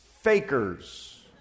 fakers